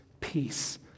peace